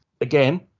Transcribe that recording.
Again